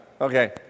Okay